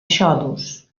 xodos